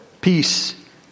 peace